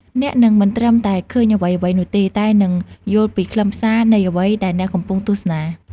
អ្នកនឹងមិនត្រឹមតែឃើញអ្វីៗនោះទេ តែនឹង យល់ពីខ្លឹមសារ នៃអ្វីដែលអ្នកកំពុងទស្សនា។